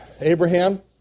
Abraham